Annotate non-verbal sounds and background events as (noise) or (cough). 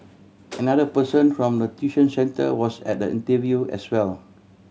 (noise) another person form the tuition centre was at the interview as well